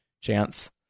chance